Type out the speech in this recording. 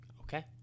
Okay